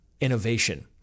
innovation